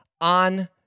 on